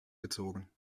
gezogen